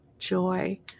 joy